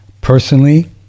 Personally